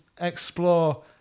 explore